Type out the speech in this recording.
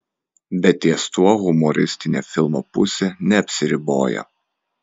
bet ties tuo humoristinė filmo pusė neapsiriboja